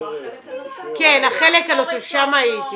כן, החלק -- כן, החלק הנוסף, שם הייתי.